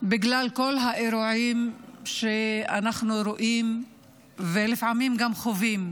בגלל כל האירועים שאנחנו רואים ולפעמים גם חווים